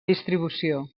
distribució